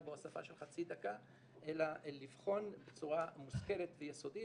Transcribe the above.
בהוספה של חצי דקה אלא לבחון בצורה מושכלת ויסודית